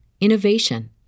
innovation